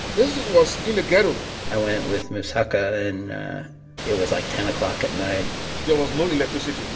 this was in the ghetto i went with mosoka. and it was, like, ten o'clock at night there was no electricity.